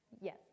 Yes